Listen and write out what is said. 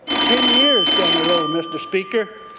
ten years down the road, mr. speaker.